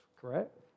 correct